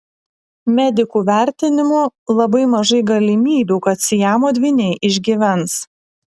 medikų vertinimu labai mažai galimybių kad siamo dvyniai išgyvens